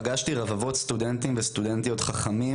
פגשתי רבבות סטודנטים וסטודנטיות חכמים,